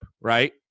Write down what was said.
right